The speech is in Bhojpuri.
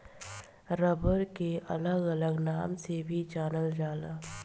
रबर के अलग अलग नाम से भी जानल जाला